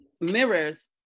mirrors